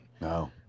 No